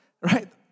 Right